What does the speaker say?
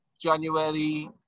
January